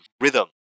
rhythm